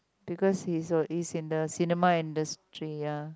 because he's also in the cinema industry ya